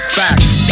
facts